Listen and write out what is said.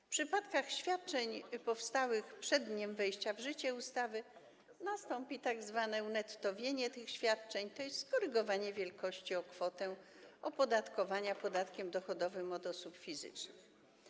W przypadku świadczeń powstałych przed dniem wejścia w życie ustawy nastąpi tzw. unettowienie tych świadczeń, to jest skorygowanie wielkości o kwotę opodatkowania podatkiem dochodowym od osób fizycznych.